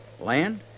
Land